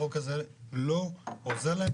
החוק הזה לא עוזר להם,